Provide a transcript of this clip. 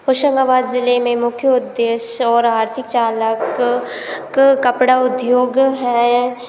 होशंगाबाद ज़िले में मुख्य उद्देश्य और आर्थिक चालक कपड़ा उद्योग है